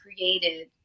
created